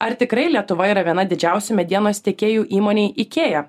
ar tikrai lietuva yra viena didžiausių medienos tiekėjų įmonei ikea